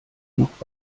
noch